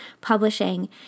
publishing